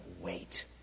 wait